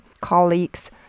colleagues